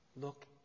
Look